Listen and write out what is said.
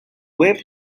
web